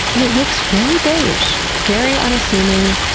it looks very beige, very unassuming,